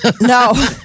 No